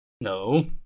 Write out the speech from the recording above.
No